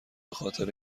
بخاطر